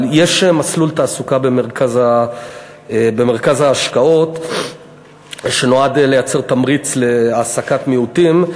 אבל יש מסלול תעסוקה במרכז ההשקעות שנועד לייצר תמריץ להעסקת מיעוטים.